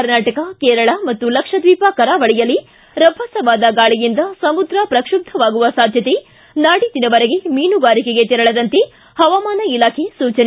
ಕಾರ್ನಾಟಕ ಕೇರಳ ಮತ್ತು ಲಕ್ಷದ್ನೀಪ ಕರಾವಳಿಯಲ್ಲಿ ರಭಸವಾದ ಗಾಳಿಯಿಂದ ಸಮುದ್ರ ಪ್ರಕ್ಷಬ್ಧವಾಗುವ ಸಾಧ್ಯತೆ ನಾಡಿದ್ದಿನವರೆಗೆ ಮೀನುಗಾರಿಕೆಗೆ ತೆರಳದಂತೆ ಹವಾಮಾನ ಇಲಾಖೆ ಸೂಚನೆ